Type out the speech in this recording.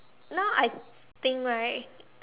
now I think right